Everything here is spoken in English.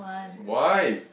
why